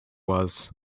was